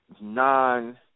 non